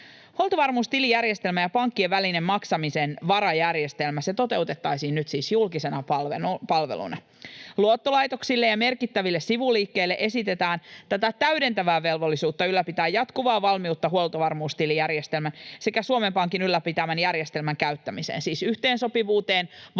Huoltovarmuustilijärjestelmä ja pankkien välisen maksamisen varajärjestelmä toteutettaisiin nyt siis julkisena palveluna. Luottolaitoksille ja merkittäville sivuliikkeille esitetään tätä täydentävää velvollisuutta ylläpitää jatkuvaa valmiutta huoltovarmuustilijärjestelmän sekä Suomen Pankin ylläpitämän järjestelmän käyttämiseen, siis yhteensopivuuteen, valmiuteen,